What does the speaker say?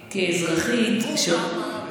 בור ועם הארץ.